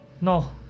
No